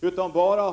ger dem inga besked.